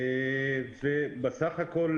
בסך הכול,